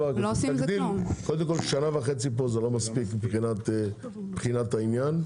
שנה וחצי לא מספיקות לבחינת העניין,